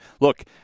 Look